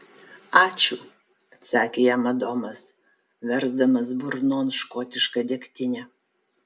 ačiū atsakė jam adomas versdamas burnon škotišką degtinę